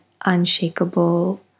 unshakable